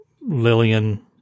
Lillian